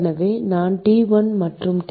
எனவே நான் T1 மற்றும் T